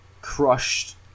crushed